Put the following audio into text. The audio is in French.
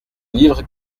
livres